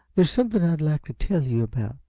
there's something i'd like to tell you about.